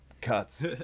cuts